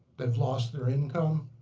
they've lost their income.